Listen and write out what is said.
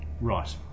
Right